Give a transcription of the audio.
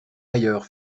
ailleurs